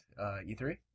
E3